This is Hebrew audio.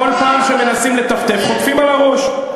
בכל פעם שמנסים לטפטף, חוטפים על הראש.